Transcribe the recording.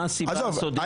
מה הסיבה --- עזוב,